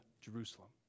Jerusalem